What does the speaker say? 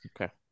okay